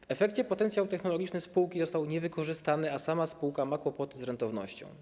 W efekcie potencjał technologiczny spółki został niewykorzystany, a sama spółka ma kłopoty z rentownością.